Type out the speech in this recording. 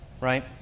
Right